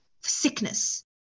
sickness